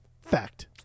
Fact